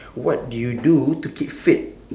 what do you do to keep fit